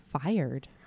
fired